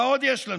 מה עוד יש לנו?